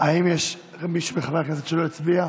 האם יש מישהו מחברי הכנסת שלא הצביע?